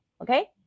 Okay